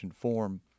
form